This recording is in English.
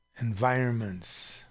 environments